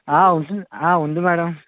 ఉంటుంది ఉంది మేడమ్